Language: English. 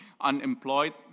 unemployed